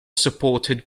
supported